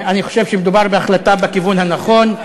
אני חושב שמדובר בהחלטה בכיוון הנכון,